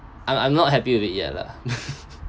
I'm I'm not happy with it yet lah